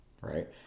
right